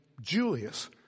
Julius